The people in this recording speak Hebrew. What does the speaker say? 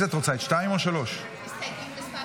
הסתייגות מס'